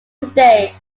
today